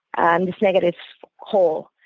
and negative hole,